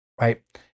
Right